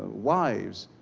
wives,